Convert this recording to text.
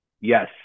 yes